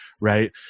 Right